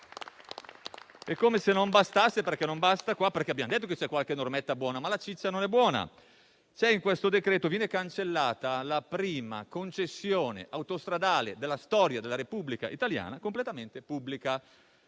E come se non bastasse - perché non basta, anche se abbiamo detto che c'è qualche buona "normetta", ma la ciccia non è buona - in questo decreto-legge viene cancellata la prima concessione autostradale della storia della Repubblica italiana completamente pubblica: